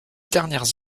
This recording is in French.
dernières